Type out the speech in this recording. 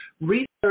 research